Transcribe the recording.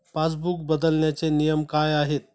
Passbook बदलण्याचे नियम काय आहेत?